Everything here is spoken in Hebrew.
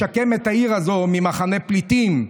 לשקם את העיר הזו ממחנה פליטים.